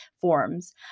forms